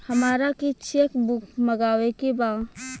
हमारा के cheque book मगावे के बा?